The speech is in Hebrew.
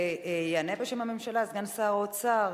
יענה בשם הממשלה סגן שר האוצר